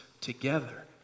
together